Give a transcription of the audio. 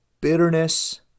bitterness